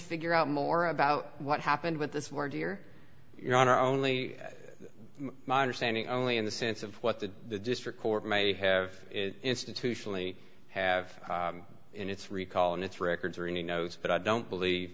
figure out more about what happened with this more dear your honor only my understanding only in the sense of what the district court may have institutionally have in its recall in its records or any notes but i don't believe